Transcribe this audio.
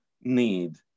need